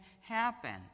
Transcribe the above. happen